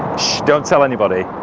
shhh, don't tell anybody.